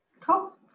Cool